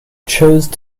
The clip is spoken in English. chose